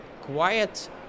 quiet